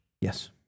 Yes